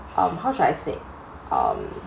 how should I say um